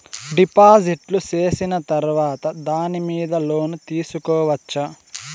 డిపాజిట్లు సేసిన తర్వాత దాని మీద లోను తీసుకోవచ్చా?